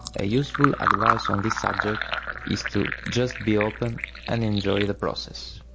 a useful advice on this subject is to just be open and enjoy the process!